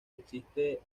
existe